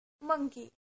monkey